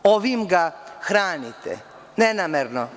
Ovim ga hranite, ne namerno.